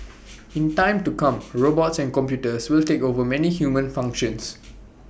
in time to come robots and computers will take over many human functions